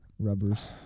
Rubbers